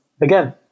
again